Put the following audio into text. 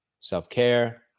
self-care